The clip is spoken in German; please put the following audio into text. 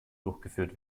durchgeführt